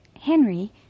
Henry